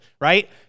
right